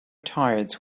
tired